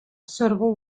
suitable